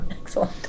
Excellent